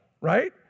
right